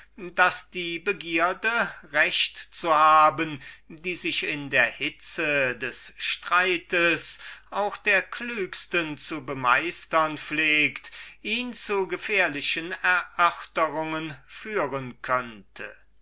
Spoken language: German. daß die begierde recht zu haben die sich in der hitze des streites auch der klügsten zu bemeistern pflegt ihn zu gefährlichen erörterungen führen könnte